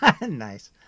Nice